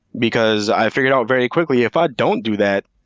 because i figured out very quickly if i don't do that,